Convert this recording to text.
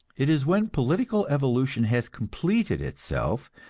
it is when political evolution has completed itself,